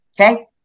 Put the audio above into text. Okay